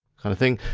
kind of things.